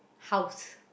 house